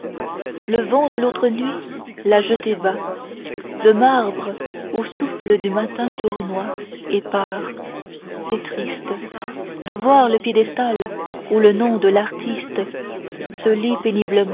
le vent de l'autre nuit l'a jeté bas le marbre au souffle du matin tournoie épars c'est triste de voir le piédestal où le nom de l'artiste se lit